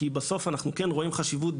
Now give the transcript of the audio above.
כי בסוף אנחנו כן רואים חשיבות,